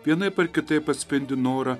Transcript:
vienaip ar kitaip atspindi norą